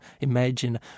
Imagine